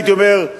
הייתי אומר,